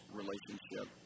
relationship